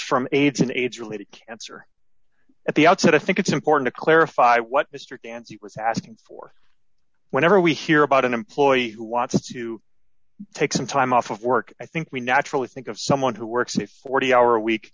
from aids an aids related cancer at the outset i think it's important to clarify what mr dance was asking for whenever we hear about an employee who wants to take some time off of work i think we naturally think of someone who works at forty